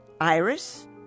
Iris